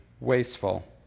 wasteful